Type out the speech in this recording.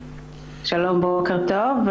שלום, בוקר טוב.